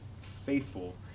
faithful